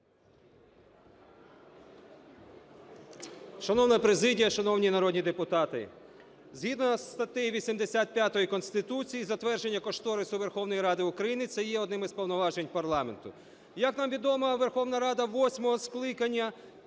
Шановна президія, шановні народні депутати, згідно зі статтею 85 Конституції затвердження кошторису Верховної Ради України це є одним із повноважень парламенту. Як нам відомо, Верховна Рада восьмого скликання